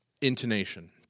intonation